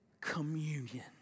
communion